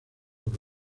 por